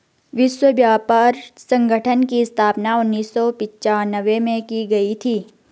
विश्व व्यापार संगठन की स्थापना उन्नीस सौ पिच्यानवे में की गई थी